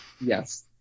Yes